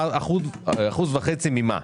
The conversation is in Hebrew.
1.5% ממה?